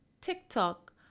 TikTok